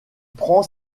prend